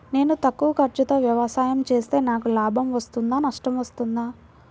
నేను తక్కువ ఖర్చుతో వ్యవసాయం చేస్తే నాకు లాభం వస్తుందా నష్టం వస్తుందా?